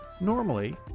Normally